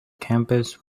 campus